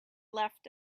left